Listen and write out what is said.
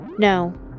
No